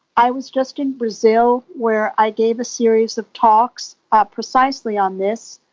i was just in brazil where i gave a series of talks ah precisely on this,